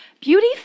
Beauty